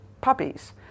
puppies